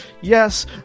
Yes